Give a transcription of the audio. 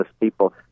people